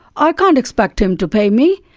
i can't expect him to pay me.